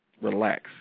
relax